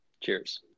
Cheers